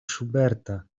schuberta